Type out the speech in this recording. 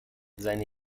seine